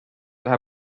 lähe